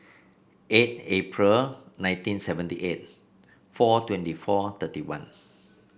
eight April nineteen seventy eight four twenty four thirty one